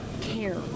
care